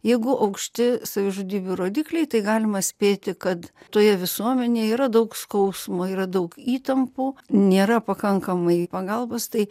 jeigu aukšti savižudybių rodikliai tai galima spėti kad toje visuomenėje yra daug skausmo yra daug įtampų nėra pakankamai pagalbos tai